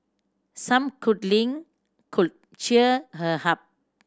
some cuddling could cheer her up